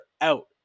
out